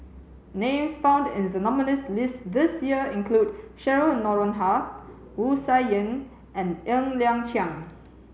names found in the nominees list this year include Cheryl Noronha Wu Tsai Yen and Ng Liang Chiang